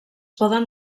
poden